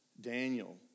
Daniel